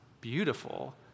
beautiful